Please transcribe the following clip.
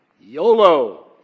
YOLO